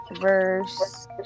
verse